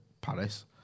Paris